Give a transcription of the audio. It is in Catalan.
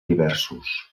diversos